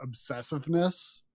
obsessiveness